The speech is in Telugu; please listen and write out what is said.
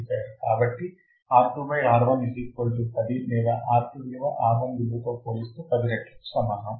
కాబట్టి R2 R1 10 లేదా R2 విలువ R1 విలువ తో పోలిస్తే 10 రెట్లకు సమానం